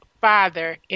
father